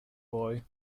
boy